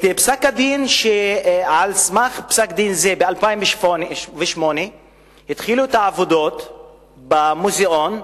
על סמך פסק-דין מ-2008 התחילו את העבודות במוזיאון.